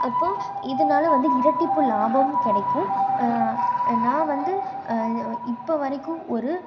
அப்போது இதனால் வந்து இரட்டிப்பு லாபமும் கிடைக்கும் நான் வந்து இப்போ வரைக்கும் ஒரு